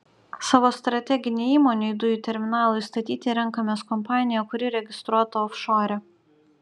savo strateginei įmonei dujų terminalui statyti renkamės kompaniją kuri registruota ofšore